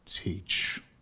teach